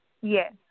Yes